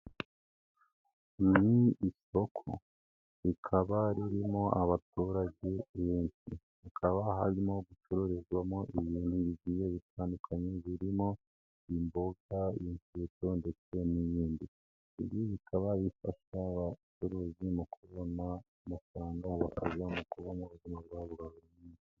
Ni isoko rikaba ririmo abaturage benshi hakaba harimo gucururizwamo ibintu bigiye bitandukanye birimo imboga, cile ndetse n'inyandiko ibi bikaba bifasha abacuruzi mu kubona amafaranga ngo baka aza mu kubona ubuzima bwabantu.